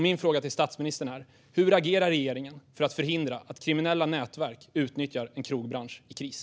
Min fråga till statsministern är: Hur agerar regeringen för att förhindra att kriminella nätverk utnyttjar en krogbransch i kris?